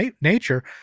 nature